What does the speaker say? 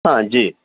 ہاں جی